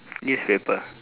newspaper